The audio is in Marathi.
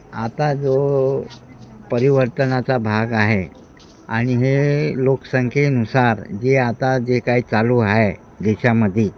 आता जो परिवर्तनाचा भाग आहे आणि हे लोकसंख्येनुसार जे आता जे काय चालू आहे देशामध्ये